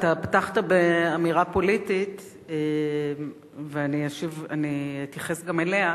אתה פתחת באמירה פוליטית ואני אתייחס גם אליה.